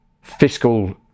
fiscal